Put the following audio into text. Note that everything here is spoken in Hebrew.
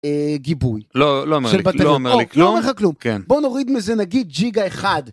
גיבוי לא לא אומר לי לא אומר לי כלום או לא אומר לך כלום כן בוא נוריד מזה נגיד ג'יגה 1.